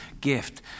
gift